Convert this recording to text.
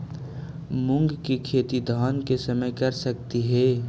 मुंग के खेती धान के समय कर सकती हे?